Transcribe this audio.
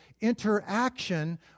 interaction